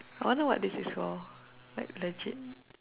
I wonder what this is for like legit